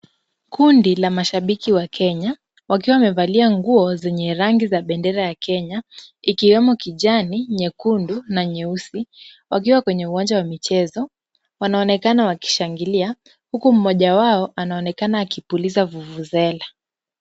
Kundi la mashabiki wa Kenya, wakiwa wamevalia nguo zenye rangi ya bendera ya Kenya ikiwemo kijani, nyekundu na nyeusi, wakiwa kwenye uwanja wa michezo. Wanaonekana wakishangilia, huku mmoja wao anaonekana akipuliza vuvuzela.